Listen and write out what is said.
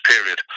period